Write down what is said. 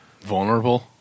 vulnerable